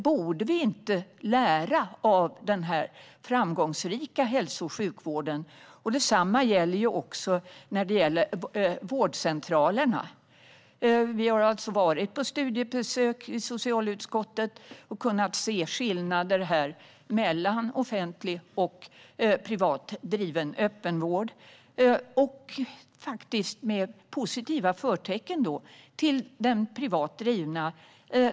Borde vi inte lära oss av denna framgångsrika hälso och sjukvård? Detsamma gäller också vårdcentralerna. I socialutskottet har vi varit på studiebesök och har kunnat se skillnader mellan offentligt och privat driven öppenvård, och vi kan sätta positiva förtecken för den privat drivna.